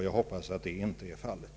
Jag hoppas att så inte blir fallet.